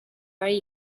very